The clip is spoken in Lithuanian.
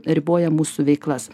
riboja mūsų veiklas